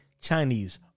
chinese